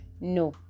no